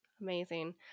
Amazing